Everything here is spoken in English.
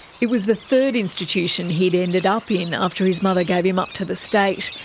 it was the third institution he'd ended up in after his mother gave him up to the state.